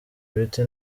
ibiti